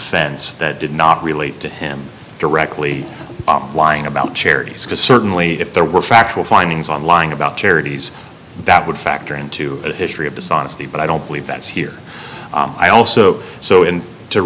offense that did not relate to him directly op lying about charities because certainly if there were factual findings on lying about charities that would factor into a history of dishonesty but i don't believe that's here i also so in to